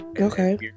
Okay